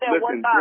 listen